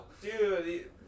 Dude